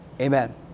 Amen